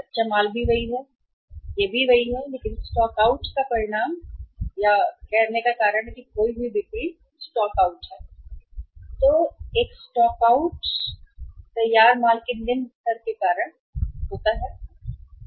कच्चा माल भी वही यह भी वही है लेकिन स्टॉक आउट का परिणाम है या स्टॉक आउट या कहने का कारण है खोई हुई बिक्री स्टॉकआउट है एक स्टॉकआउट तैयार माल के निम्न स्तर के कारण होता है सूची